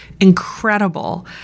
incredible